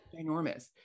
ginormous